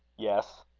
yes,